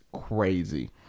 crazy